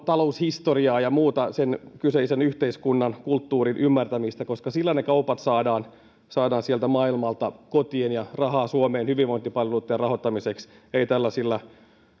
taloushistoriaa ja muuta sen kyseisen yhteiskunnan ja kulttuurin ymmärtämistä koska sillä ne kaupat saadaan saadaan sieltä maailmalta kotiin ja rahaa suomeen hyvinvointipalveluitten rahoittamiseksi ei tällaisilla